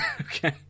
Okay